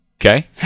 Okay